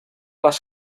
les